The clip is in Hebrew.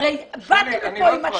הרי באתם לפה עם הצעות.